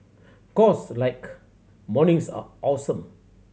cause like mornings are awesome